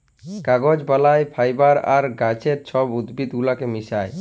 কাগজ বালায় ফাইবার আর গাহাচের ছব উদ্ভিদ গুলাকে মিশাঁয়